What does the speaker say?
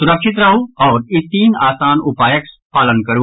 सुरक्षित रहू आओर ई तीन आसान उपायक पालन करू